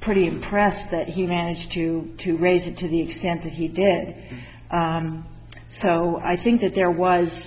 pretty impressed that he managed to to raise it to the extent that he did so i think that there was